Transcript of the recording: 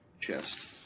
chest